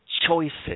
choices